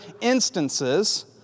instances